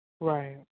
Right